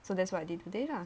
so that's what I did today lah